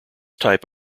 type